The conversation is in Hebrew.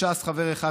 לש"ס חבר אחד,